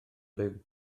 liw